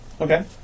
Okay